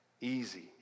easy